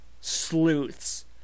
Sleuths